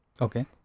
Okay